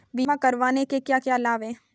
बीमा करवाने के क्या क्या लाभ हैं?